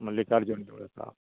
मल्लिकार्जून देवूळ आसा